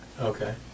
Okay